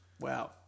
Wow